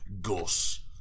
Gus